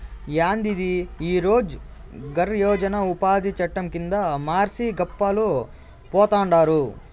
యాందిది ఈ రోజ్ గార్ యోజన ఉపాది చట్టం కింద మర్సి గప్పాలు పోతండారు